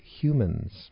Humans